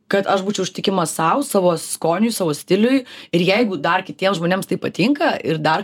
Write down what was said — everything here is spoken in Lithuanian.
kad aš būčiau ištikima sau savo skoniui savo stiliui ir jeigu dar kitiems žmonėms tai patinka ir dar